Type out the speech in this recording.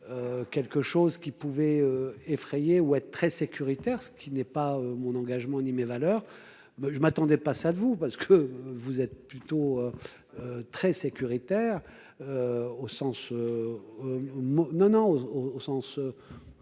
Quelque chose qui pouvaient effrayer ou être très sécuritaire. Ce qui n'est pas mon engagement ni mes valeurs. Mais je m'attendais pas. Ça vous parce que vous êtes plutôt. Très sécuritaire. Au sens. Non, non, au sens.